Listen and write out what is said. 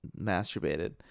masturbated